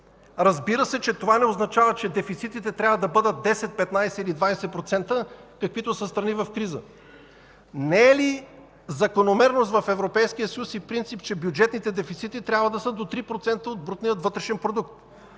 Разбира се, това не означава, че дефицитите трябва да бъдат 10, 15 или 20%, каквито са в страни в криза. Не е ли закономерност в Европейския съюз и принцип, че бюджетните дефицити трябва да са до 3% от брутния вътрешен продукт?